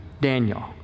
Daniel